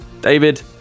david